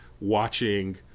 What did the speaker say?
watching